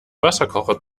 wasserkocher